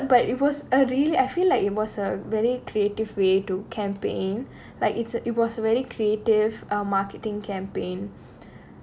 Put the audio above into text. அப்பதான் வந்து:appathaan vanthu but it was a really I feel like it was a very creative way to campaign like it's it was very creative marketing campaign